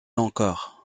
encore